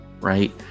right